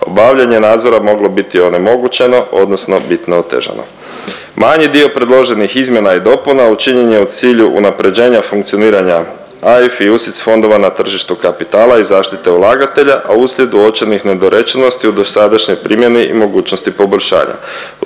obavljanje nadzora moglo biti onemogućeno odnosno bitno otežano. Manji dio predloženih izmjena i dopuna učinjen je u cilju unapređenja funkcioniranja AIF i UCTIS fondova na tržištu kapitala i zaštite ulagatelja, a uslijed uočenih nedorečenosti u dosadašnjoj primjeni i mogućnosti poboljšanja.